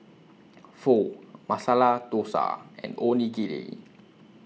Pho Masala Dosa and Onigiri